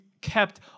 kept